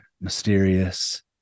mysterious